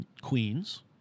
Queens